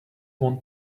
want